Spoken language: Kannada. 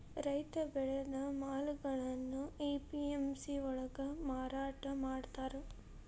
ರೈತ ಬೆಳೆದ ಮಾಲುಗಳ್ನಾ ಎ.ಪಿ.ಎಂ.ಸಿ ಯೊಳ್ಗ ಮಾರಾಟಮಾಡ್ತಾರ್